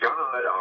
God